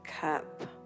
cup